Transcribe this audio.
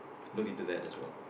look into that as well